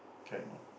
kind of